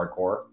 hardcore